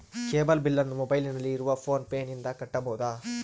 Cable ಬಿಲ್ಲನ್ನು ಮೊಬೈಲಿನಲ್ಲಿ ಇರುವ ಫೋನ್ ಪೇನಿಂದ ಕಟ್ಟಬಹುದಾ?